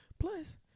Plus